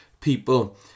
People